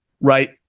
right